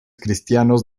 cristianos